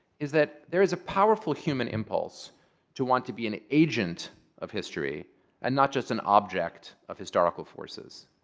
is that there is a powerful human impulse to want to be an agent of history and not just an object of historical forces.